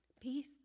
peace